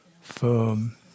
firm